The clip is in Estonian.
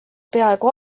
peaaegu